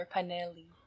Panelli